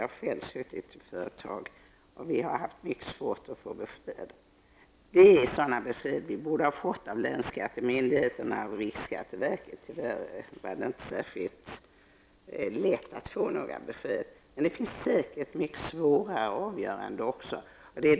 Jag har själv skött ett företag, och vi har haft mycket svårt att få besked från länsskattemyndigheten och riksskatteverket. Det är inte särskilt lätt att få några besked. Det är säkert många gånger svåra avgöranden.